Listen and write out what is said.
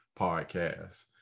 Podcast